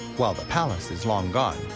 while the palace is long gone,